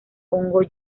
hongo